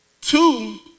Two